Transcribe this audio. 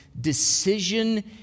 decision